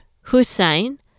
Hussein